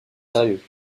sérieux